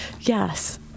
Yes